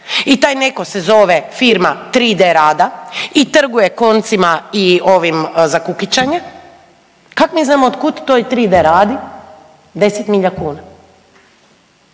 i taj neko se zove firma 3D Rada i trguje koncima i ovim za kukičanje, kak mi znamo od kud toj 3D Radi 10 milja kuna?